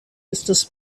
estas